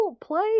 play